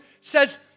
says